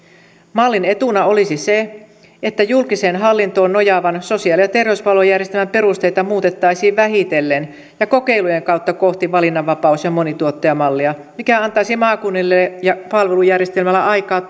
mallin etuna olisi se että julkiseen hallintoon nojaavan sosiaali ja terveyspalvelujärjestelmän perusteita muutettaisiin vähitellen ja kokeilujen kautta kohti valinnanvapaus ja monituottajamallia mikä antaisi maakunnille ja palvelujärjestelmälle aikaa